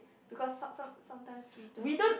because some some sometimes those don't